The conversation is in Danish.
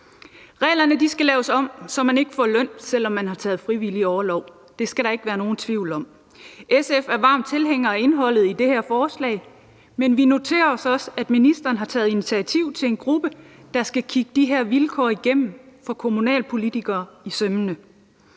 Reglerne skal laves om, så man ikke får løn, selv om man har taget frivillig orlov, det skal der ikke være nogen tvivl om. SF er varm tilhænger af indholdet i det her forslag, men vi noterer os også, at ministeren har taget initiativ til en gruppe, der skal kigge de her vilkår for kommunalpolitikere efter i sømmene.